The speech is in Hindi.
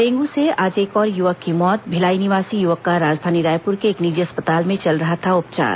डेंगू से आज एक और युवक की मौत भिलाई निवासी युवक का राजधानी रायपुर के एक निजी अस्पताल में चल रहा था उपचार